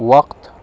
وقت